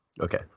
okay